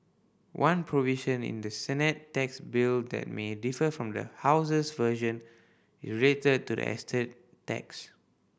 one provision in the Senate tax bill that may differ from the House's version is related to the estate tax